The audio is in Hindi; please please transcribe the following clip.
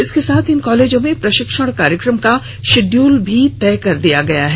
इसके साथ इन कॉलेजों में प्रशिक्षण कार्यक्रम का शिड्यूल भी तय कर दिया गया है